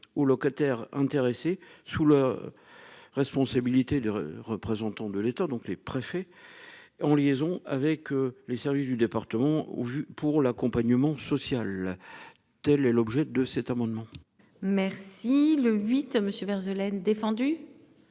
aux locataires intéressés sous la. Responsabilité de représentants de l'État, donc les préfets. En liaison avec les services du département où vu pour l'accompagnement social. Telle est l'objet de cet amendement. Merci le huit monsieur